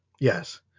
Yes